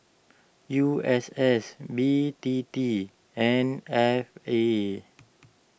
U S S B T T and F A